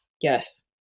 Yes